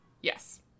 Yes